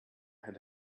had